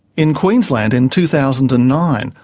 in queensland in two thousand and nine,